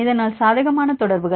இதனால் சாதகமான தொடர்புகள்